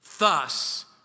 Thus